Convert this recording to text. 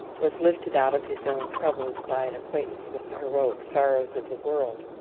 was lifted out of his own troubles by an acquaintance with the heroic sorrows of the world.